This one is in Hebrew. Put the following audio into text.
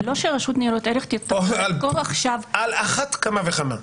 לא שהרשות לניירות ערך יבואו עכשיו -- על אחת כמה וכמה.